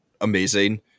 amazing